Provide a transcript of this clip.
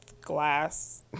glass